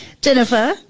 Jennifer